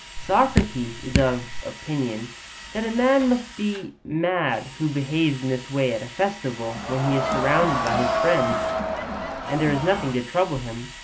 socrates is of opinion that a man must be mad who behaves in this way at a festival when he is surrounded by his friends and there is nothing to trouble him.